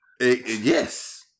Yes